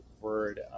word